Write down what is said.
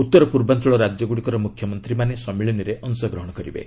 ଉତ୍ତର ପୂର୍ବାଞ୍ଚଳ ରାଜ୍ୟଗୁଡ଼ିକର ମୁଖ୍ୟମନ୍ତ୍ରୀମାନେ ସମ୍ମିଳନୀରେ ଅଂଶଗ୍ରହଣ କରିବେ